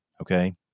okay